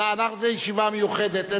זו ישיבה מיוחדת.